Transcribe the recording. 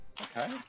Okay